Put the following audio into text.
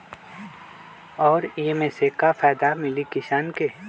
और ये से का फायदा मिली किसान के?